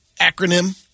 acronym